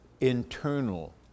internal